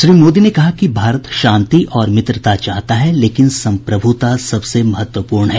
श्री मोदी ने कहा कि भारत शांति और मित्रता चाहता है लेकिन संप्रभुता सबसे महत्वपूर्ण है